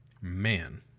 man